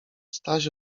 staś